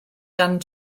gan